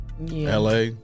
LA